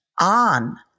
on